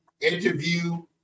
interview